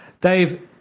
Dave